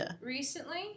recently